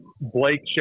Blake